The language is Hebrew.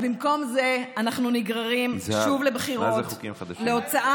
אז במקום זה אנחנו נגררים שוב לבחירות, להוצאה